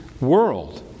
world